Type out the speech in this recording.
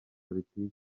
politiki